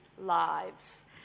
lives